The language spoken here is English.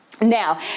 Now